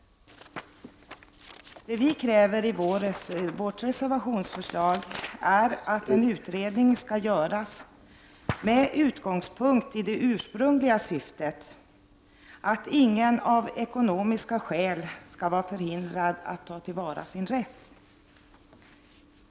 Det vi kräver i vårt reservationsförslag är att en utredning skall göras med utgångspunkt i det ursprungliga syftet, att ingen av ekonomiska skäl skall vara förhindrad att ta till vara sin rätt.